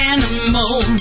Animal